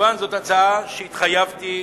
מובן שזו הצעה שהתחייבתי